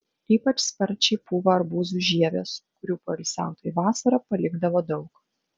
ypač sparčiai pūva arbūzų žievės kurių poilsiautojai vasarą palikdavo daug